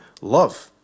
love